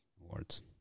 awards